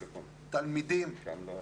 אתה רואה אותי?